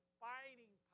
fighting